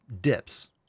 dips